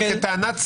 כטענת סף.